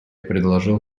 предложил